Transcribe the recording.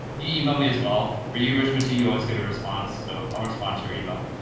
email me as well for you, richmond to you always get a response. so i'll respond to your email.